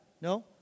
no